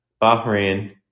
Bahrain